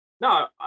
no